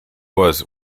was